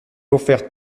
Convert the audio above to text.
offertes